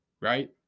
right